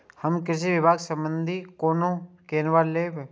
हम कृषि विभाग संबंधी लोन केना लैब?